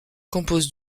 compose